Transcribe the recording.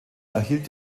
erhielt